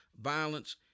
violence